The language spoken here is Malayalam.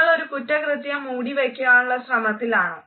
നിങ്ങളൊരു കുറ്റകൃത്യം മൂടി വെയ്ക്കുവാനുള്ള ശ്രമത്തിലാണോ